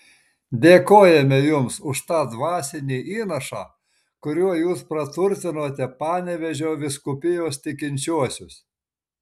dėkojame jums už tą dvasinį įnašą kuriuo jūs praturtinote panevėžio vyskupijos tikinčiuosius